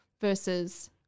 versus